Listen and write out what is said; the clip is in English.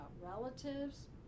Relatives